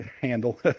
handle